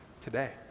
today